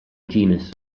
genus